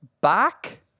Back